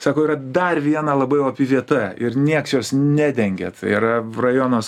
sako yra dar viena labai opi vieta ir nieks jos nedengia tai yra rajonas